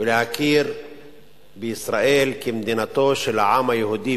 ולהכיר בישראל כמדינתו של העם היהודי